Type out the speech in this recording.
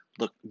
Look